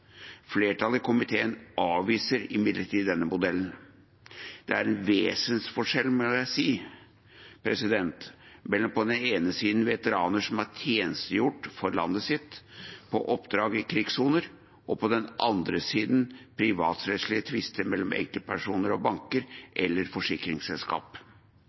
Flertallet i komiteen avviser imidlertid denne modellen. Det er en vesensforskjell, må jeg si, mellom på den ene siden veteraner som har tjenestegjort for landet sitt på oppdrag i krigssoner, og på den andre siden privatrettslige tvister mellom enkeltpersoner og banker eller forsikringsselskap.